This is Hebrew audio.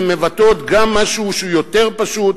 הן מבטאות גם משהו שהוא יותר פשוט,